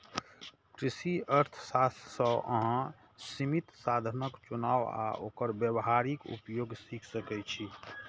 कृषि अर्थशास्त्र सं अहां सीमित साधनक चुनाव आ ओकर व्यावहारिक उपयोग सीख सकै छी